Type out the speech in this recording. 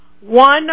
one